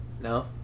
No